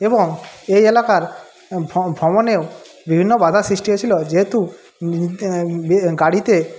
এবং এই এলাকার ভ্রমণেও বিভিন্ন বাধা সৃষ্টি হয়েছিল যেহেতু গাড়িতে